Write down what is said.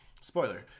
Spoiler